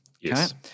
yes